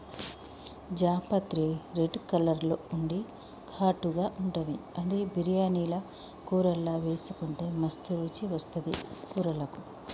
జాపత్రి red colour లో ఉండి ఘాటుగా ఉంటది అది బిర్యానీల కూరల్లా వేసుకుంటే మస్తు రుచి వస్తది కూరలకు